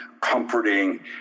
comforting